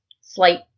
slight